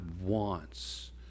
wants